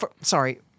Sorry